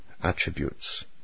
attributes